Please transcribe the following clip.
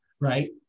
Right